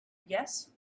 yes